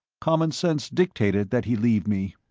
common sense dictated that he leave me.